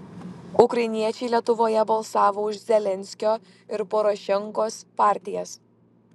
ukrainiečiai lietuvoje balsavo už zelenskio ir porošenkos partijas